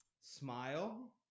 smile